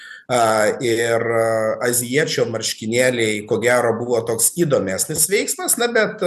a ir azijiečio marškinėliai ko gero buvo toks įdomesnis veiksmas na bet